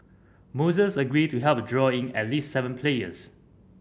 Moises agreed to help draw in at least seven players